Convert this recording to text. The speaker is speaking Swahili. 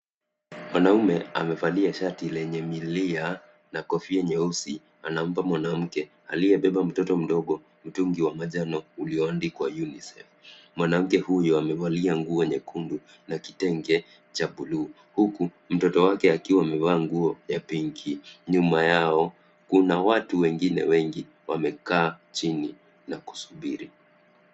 Mwanamume amevalia shati lenye milia na kofia nyeusi anampa mwanamke aliyembeba mtoto mdogo mtungi wa manjano ulioandikwa UNICEF . Mwanamke huyo amevalia nguo nyekundu na kitenge cha blue , huku mtoto wake akiwa amevaa nguo ya pinki . Nyuma yao kuna watu wengine wengi wamekaa chini na kusubiri.